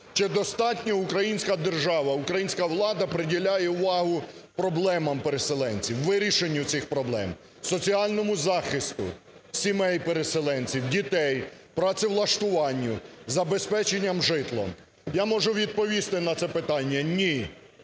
Чи достатньо українська держава, українська влада, приділяє увагу проблемам переселенців, вирішенню цих проблем, соціальному захисту сімей переселенців, дітей, працевлаштуванню, забезпеченням житлом? Я можу відповісти на це питання. Ні.